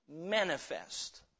manifest